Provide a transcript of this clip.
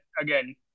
again